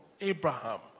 Abraham